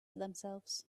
themselves